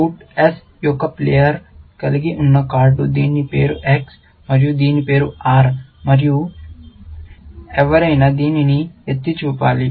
suit S యొక్క player కలిగి ఉన్న కార్డు దీని పేరు X మరియు దీని పేరు R మరియు ఎవరైనా దీనిని ఎత్తి చూపాలి